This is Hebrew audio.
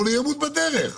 אבל הוא ימות בדרך.